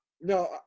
no